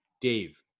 Dave